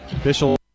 Official